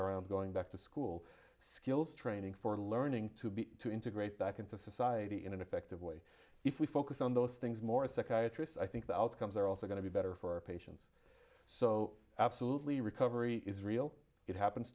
around going back to school skills training for learning to be to integrate back into society in an effective way if we focus on those things more a psychiatrist i think the outcomes are also going to be better for our patients so absolutely recovery is real it happens